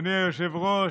אדוני היושב-ראש,